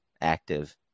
active